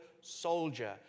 soldier